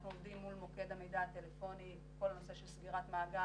אנחנו עומדים מול מוקד המידע הטלפוני בכל הנושא של סגירת מעגל,